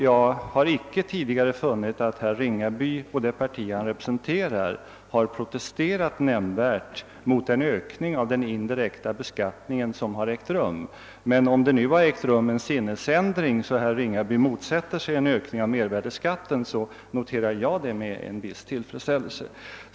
Jag har icke tidigare funnit att herr Ringaby och det parti han representerar har protesterat mot den ökning av den indirekta beskattningen som ägt rum. Men om det nu har skett en sinnesändring så att herr Ringaby motsätter sig en ökning av mervärdeskatten, så noterar jag det med viss tillfredsställelse.